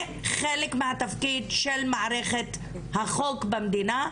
זה חלק מהתפקיד של מערכת החוק במדינה,